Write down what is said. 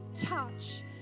touch